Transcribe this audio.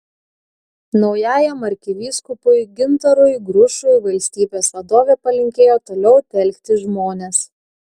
naujajam arkivyskupui gintarui grušui valstybės vadovė palinkėjo toliau telkti žmones